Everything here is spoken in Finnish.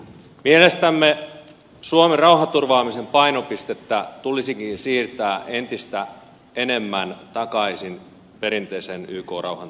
mielestämme suomen rauhanturvaamisen painopistettä tulisikin siirtää entistä enemmän takaisin perinteisen ykn rauhanturvaamisen suuntaan